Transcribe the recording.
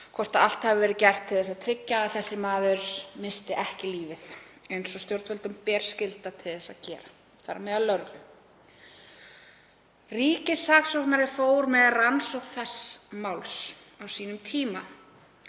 um að allt hafi verið gert til að tryggja að þessi maður missti ekki lífið eins og stjórnvöldum ber skylda til að gera, þar á meðal lögreglu. Ríkissaksóknari fór með rannsókn þess máls á sínum tíma